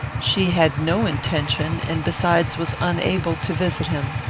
she had no intention, and besides was unable, to visit him.